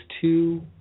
two